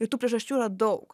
ir tų priežasčių yra daug